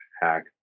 hack